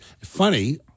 funny